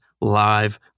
live